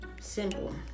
Simple